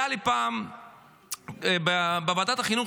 היה לי פעם בוועדת החינוך,